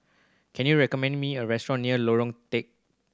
can you recommend me a restaurant near Lorong Telok